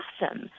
awesome